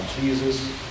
Jesus